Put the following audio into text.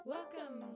Welcome